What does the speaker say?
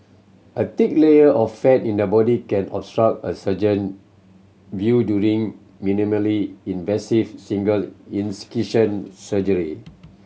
a thick layer of fat in the body can obstruct a surgeon view during minimally invasive single incision surgery